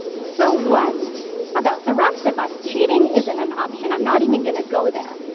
so what about the rest of us? cheating isn't an option. i'm not even going to go there.